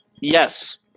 Yes